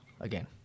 again